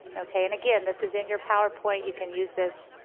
okay and again this is in your powerpoint, you can use this,